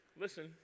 listen